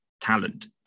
talent